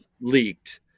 leaked